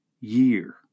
year